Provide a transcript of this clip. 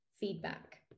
feedback